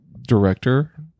director